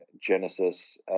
Genesis